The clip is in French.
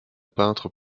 peintre